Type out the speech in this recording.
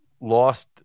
lost